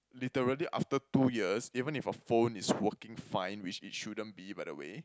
literally after two years even if a phone is working fine which it it shouldn't be by the way